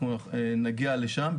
אנחנו נגיע לשם.